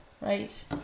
right